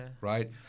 right